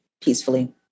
peacefully